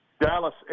Dallas